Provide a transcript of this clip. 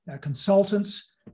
consultants